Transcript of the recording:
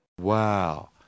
Wow